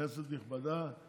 כנסת נכבדה.